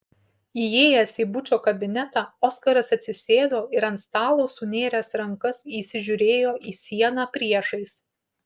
įėjęs į bučo kabinetą oskaras atsisėdo ir ant stalo sunėręs rankas įsižiūrėjo į sieną priešais